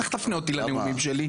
איך תפנה אותי לנאומים שלי?